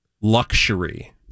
luxury